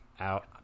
Out